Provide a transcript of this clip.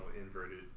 inverted